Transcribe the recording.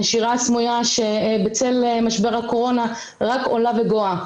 הנשירה הסמויה שבצל משבר הקורונה רק עולה וגואה.